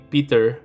Peter